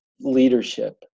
leadership